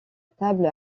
table